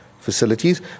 facilities